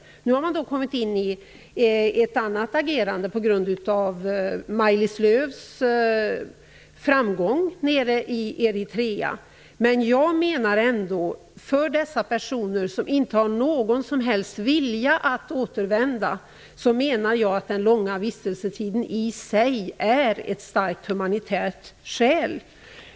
Den nya regeringen har nu kommit fram till ett annat agerande på grund av Maj-Lis Lööws framgång nere i Eritrea, men jag menar ändå att den långa vistelsetiden för dessa personer som inte har någon som helst vilja att återvända är ett starkt humanitärt skäl.